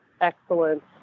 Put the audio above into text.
excellent